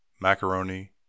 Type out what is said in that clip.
Macaroni